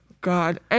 God